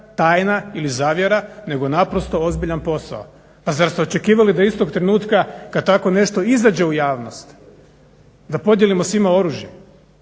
tajna ili zavjera nego naprosto ozbiljan posao. Pa zar ste očekivali da istog trenutka kada tako nešto izađe u javnost da podijelimo svima oružje?